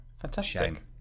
fantastic